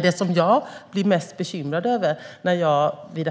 Det jag blir mest bekymrad över när jag vid